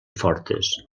fortes